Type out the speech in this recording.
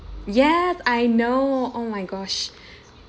yes I know oh my gosh